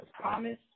promise